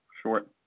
Short